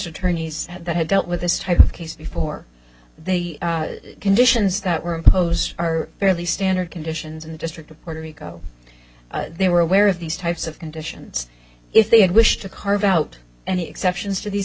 attorneys that have dealt with this type of case before they conditions that were imposed are fairly standard conditions in the district of puerto rico they were aware of these types of conditions if they had wished to carve out any exceptions for these